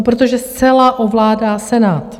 Protože zcela ovládá Senát.